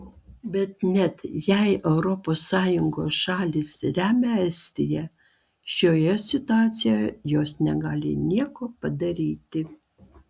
bet net jei europos sąjungos šalys remia estiją šioje situacijoje jos negali nieko padaryti